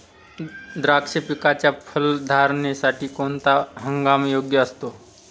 द्राक्ष पिकाच्या फलधारणेसाठी कोणता हंगाम योग्य असतो?